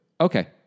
Okay